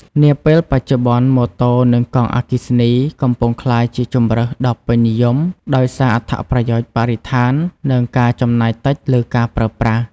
នាពេលបច្ចុប្បន្ន ម៉ូតូ និងកង់អគ្គិសនី កំពុងក្លាយជាជម្រើសដ៏ពេញនិយម ដោយសារអត្ថប្រយោជន៍បរិស្ថាន និងការចំណាយតិចលើការប្រើប្រាស់។